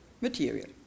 material